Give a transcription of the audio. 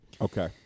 Okay